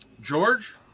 George